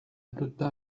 abrupta